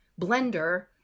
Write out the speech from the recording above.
blender